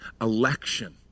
election